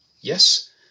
Yes